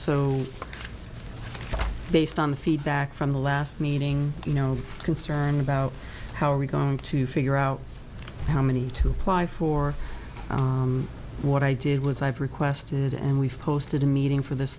so based on the feedback from the last meeting you know concern about how are we going to figure out how many to apply for what i did was i've requested and we've posted a meeting for this